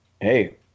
hey